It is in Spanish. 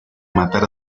matar